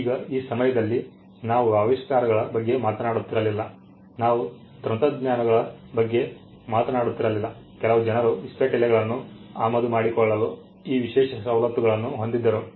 ಈಗ ಆ ಸಮಯದಲ್ಲಿ ನಾವು ಆವಿಷ್ಕಾರಗಳ ಬಗ್ಗೆ ಮಾತನಾಡುತ್ತಿರಲಿಲ್ಲ ನಾವು ತಂತ್ರಜ್ಞಾನಗಳ ಬಗ್ಗೆ ಮಾತನಾಡುತ್ತಿರಲಿಲ್ಲ ಕೆಲವು ಜನರು ಇಸ್ಪೀಟೆಲೆಗಳನ್ನು ಆಮದು ಮಾಡಿಕೊಳ್ಳಲು ಈ ವಿಶೇಷ ಸವಲತ್ತುಗಳನ್ನು ಹೊಂದಿದ್ದರು